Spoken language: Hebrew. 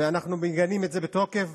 ואנחנו מגנים את זה בתוקף.